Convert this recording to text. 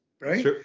right